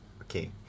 Okay